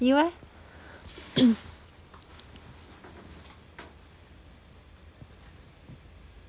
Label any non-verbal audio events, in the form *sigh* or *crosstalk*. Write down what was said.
you eh *coughs*